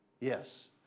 yes